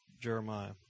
Jeremiah